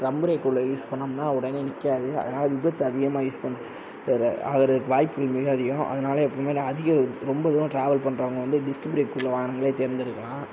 ஃப்ரெம் brake உள்ளது use பண்னோம்னா உடனே நிற்காது அதனால் விபத்து அதிகமாக யூஸ் பண்ணுற ஆகறதுக்கு வாய்ப்புகள் மிக அதிகம் அதனால் எப்போவுமே அதிகம் ரொம்ப தூரம் டிராவல் பண்ணுறவங்க வந்து டிஸ்க் பிரேக் உள்ளே வாகனங்களையே தேர்ந்தெடுக்கலாம்